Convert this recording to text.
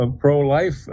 pro-life